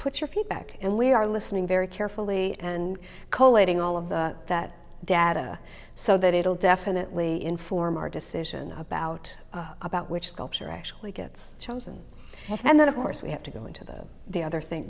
put your feet back and we are listening very carefully and co leading all of that data so that it'll definitely inform our decision about about which sculpture actually gets chosen and then of course we have to go into that the other thin